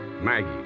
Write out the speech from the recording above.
maggie